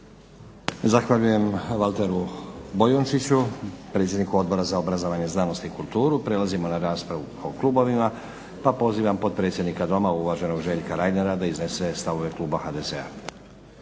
Zahvaljujem Valteru Bojunčiću predsjedniku Odbora za obrazovanje, znanost i kulturu. Prelazimo na raspravu po klubovima. Pa pozivam potpredsjednika doma uvaženog Željka Reinera da iznese stavove kluba HDZ-a.